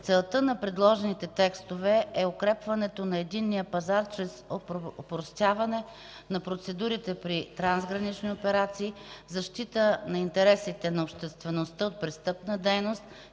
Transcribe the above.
Целта на предложените текстове е укрепване на Единния пазар чрез опростяване на процедурите при трансгранични операции, защита на интересите на обществеността от престъпна дейност